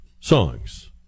songs